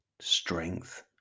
strength